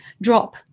drop